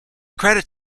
credit